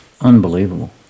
Unbelievable